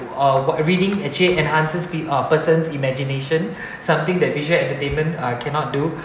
oh what reading actually enhances be a persons imagination something that visual entertainment uh cannot do